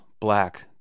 black